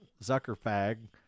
Zuckerfag